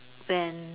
when